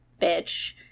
bitch